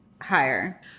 higher